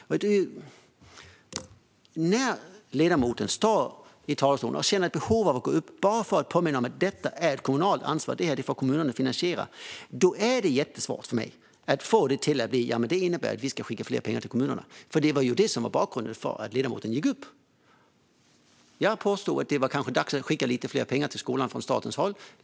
När ledamoten känner ett behov av att gå upp i talarstolen bara för att påminna om att det är ett kommunalt ansvar att finansiera detta är det jättesvårt för mig att få det till att det innebär att man ska skicka mer pengar till kommunerna. Det var ju det som var bakgrunden till att ledamoten gick upp. Jag påstod att det kanske var dags att skicka lite mer pengar till skolan från statens håll.